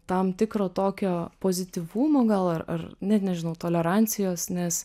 tam tikro tokio pozityvumo gal ar ar net nežinau tolerancijos nes